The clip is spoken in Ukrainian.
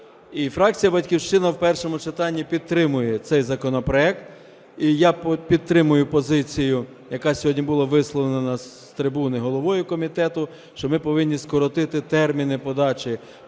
фракція "Батьківщина" в першому читанні підтримує цей законопроект, і я підтримую позицію, яка сьогодні була висловлена з трибуни головою комітету, що ми повинні скоротити терміни подачі